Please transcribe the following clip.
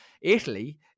Italy